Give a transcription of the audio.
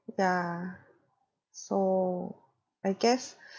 yeah so I guess